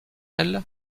elle